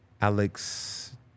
alex